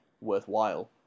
worthwhile